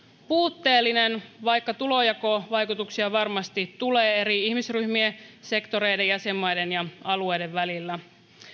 puutteellinen vaikka tulonjakovaikutuksia varmasti tulee eri ihmisryhmien sektoreiden jäsenmaiden ja alueiden välillä